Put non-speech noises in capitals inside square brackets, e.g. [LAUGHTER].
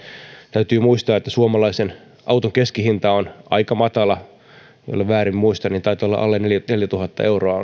täytyy muistaa että suomalaisen auton keskihinta on aika matala jollen väärin muista niin taitaa olla alle neljätuhatta euroa [UNINTELLIGIBLE]